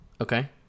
Okay